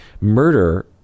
murder